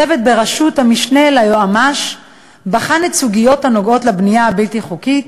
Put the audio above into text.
צוות ברשות המשנה ליועמ"ש בחן את הסוגיות הנוגעות לבנייה הבלתי-חוקית,